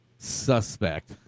suspect